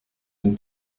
den